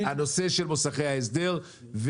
הנושא של מוסכי ההסדר,